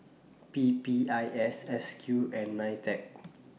P P I S S Q and NITEC